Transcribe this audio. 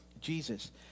Jesus